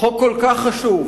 חוק כל כך חשוב,